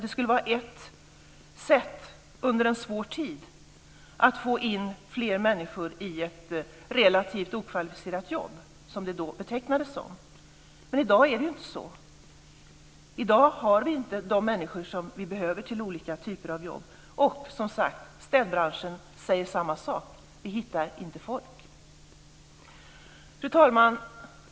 Det skulle under en svår tid vara ett sätt att få in fler människor i ett relativt okvalificerat jobb, som det då betecknades som. I dag är det inte så. I dag har vi inte de människor som vi behöver till olika typer av jobb. Städbranschen säger samma sak: Vi hittar inte folk. Fru talman!